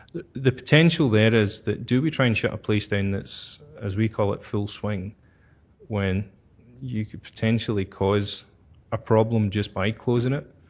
the potential there is that do we try and shut a place down that's as we call it full swing when you could potentially cause a problem just by closing it?